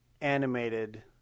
animated